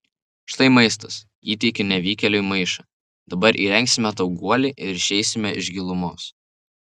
štai maistas įteikiu nevykėliui maišą dabar įrengsime tau guolį ir išeisime iš gilumos